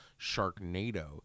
Sharknado